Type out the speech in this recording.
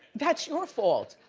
that's your fault.